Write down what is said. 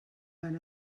van